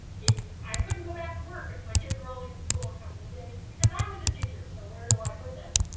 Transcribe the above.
i couldn't go back to work if my kids were only in school a couple of days, because i was a teacher. so where do i put them?